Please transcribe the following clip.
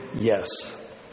yes